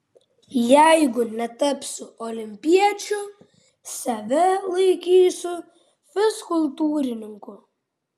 jeigu netapsiu olimpiečiu save laikysiu fizkultūrininku